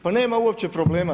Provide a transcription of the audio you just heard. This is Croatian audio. Pa nema uopće problema.